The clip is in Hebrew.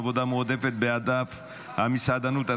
עבודה מועדפת בענף המסעדנות),